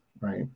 Right